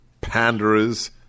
panderers